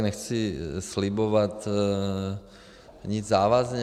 Nechci tady slibovat nic závazně.